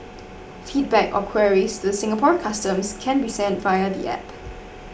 Feedback or queries to the Singapore Customs can be sent via the app